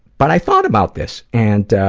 but i thought about this and